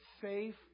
safe